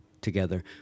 together